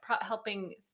helping